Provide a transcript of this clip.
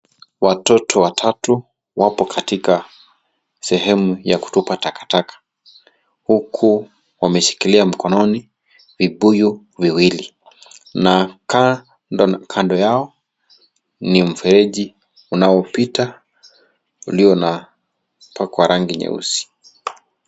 Watoto watatu wapo katika sehemu ya kutupa takataka huku wameshikilia mkononi vibuyu viwili, na kando yao ni mfereji unaopita ulionapakwa rangi nyeusi.